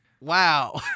Wow